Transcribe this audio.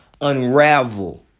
unravel